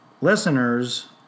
listeners